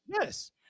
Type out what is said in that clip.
Yes